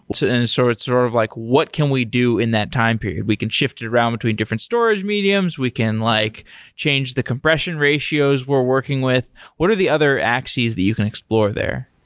it's ah and sort sort of like, what can we do in that time period? we can shift it around between different storage mediums. we can like change the compression ratios we're working with. what are the other axes that you can explore there?